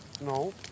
No